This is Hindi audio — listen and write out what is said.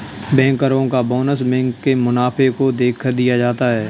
बैंकरो का बोनस बैंक के मुनाफे को देखकर दिया जाता है